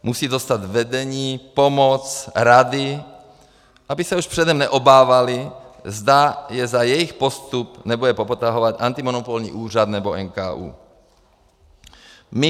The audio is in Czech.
Musí dostat vedení, pomoc, rady, aby se už předem neobávaly, zda je za jejich postup nebude popotahovat antimonopolní úřad nebo NKÚ.